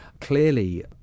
clearly